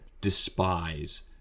despise